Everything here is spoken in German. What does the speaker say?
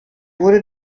wurde